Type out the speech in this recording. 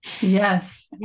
Yes